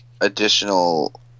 additional